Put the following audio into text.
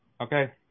Okay